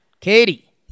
Katie